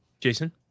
Jason